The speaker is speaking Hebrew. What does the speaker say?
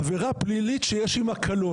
עבירה פלילית שיש עמה קלון.